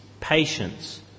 patience